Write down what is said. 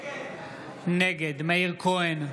נגד מאיר כהן,